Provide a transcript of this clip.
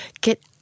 get